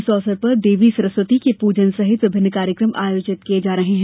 इस अवसर पर देवी सरस्वती के पूजन सहित विभिन्न कार्यक्रम आयोजित किये जा रहे हैं